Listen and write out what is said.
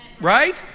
Right